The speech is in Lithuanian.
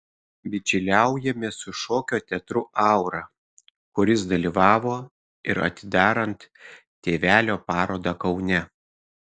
bičiuliaujamės su šokio teatru aura kuris dalyvavo ir atidarant tėvelio parodą kaune